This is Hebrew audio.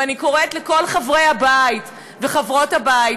ואני קוראת לכל חברי הבית וחברות הבית: